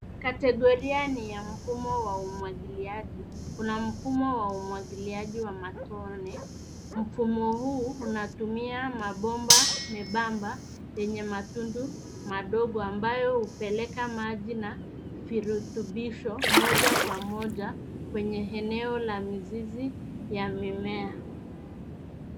Kategoria ni ya mfumo wa umwagiliaji. Kuna mfumo wa umwagiliaji wa matone. Mfumo huu unatumia mabomba membamba enye matundu madogo ambayo hupeleka maji na virutubisho moja kwa moja kwenye eneo la mizizi ya mimea.